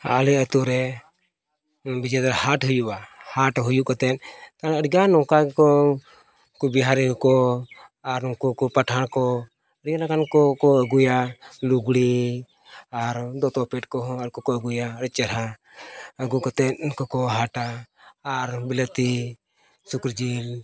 ᱟᱞᱮ ᱟᱹᱛᱩ ᱢᱤᱫ ᱡᱚᱠᱷᱚᱱ ᱫᱚ ᱦᱟᱴ ᱦᱩᱭᱩᱜᱼᱟ ᱦᱟᱴ ᱦᱩᱭᱩᱜ ᱠᱟᱛᱮᱫ ᱟᱹᱰᱤ ᱜᱟᱱ ᱱᱚᱝᱠᱟ ᱜᱮᱠᱚ ᱩᱱᱠᱩ ᱵᱤᱦᱟᱨᱤ ᱠᱚᱠᱚ ᱟᱨ ᱩᱱᱠᱩ ᱠᱚ ᱯᱟᱴᱷᱟᱱ ᱠᱚ ᱤᱱᱭᱟᱹ ᱜᱟᱱ ᱠᱚᱠᱚ ᱟᱹᱜᱩᱭᱟ ᱞᱩᱜᱽᱲᱤ ᱟᱨ ᱦᱚᱸ ᱫᱚᱛᱚ ᱯᱮᱱᱴ ᱠᱚ ᱦᱚᱸ ᱟᱨ ᱠᱚᱠᱚ ᱟᱹᱜᱩᱭᱟ ᱟᱹᱰᱤ ᱪᱮᱦᱨᱟ ᱟᱹᱜᱩ ᱠᱟᱛᱮᱫ ᱩᱱᱠᱩ ᱠᱚ ᱦᱟᱴᱟ ᱟᱨ ᱵᱤᱞᱟᱹᱛᱤ ᱥᱩᱠᱨᱤ ᱡᱤᱞ